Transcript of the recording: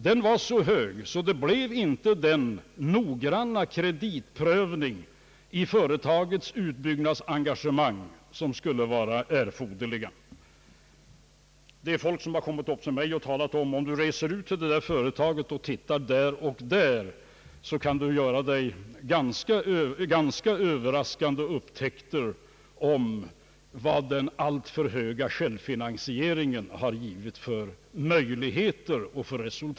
Den var så hög att den noggranna kreditprövning av företagets utbyggnadsengagemang som skulle vara erforderlig inte kom till stånd. Jag har fått besök av personer som sagt till mig att jag skulle kunna göra ganska överraskande upptäckter, om jag reste ut och undersökte vilka resultat den för höga självfinansieringen har lett för vissa företag.